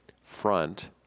front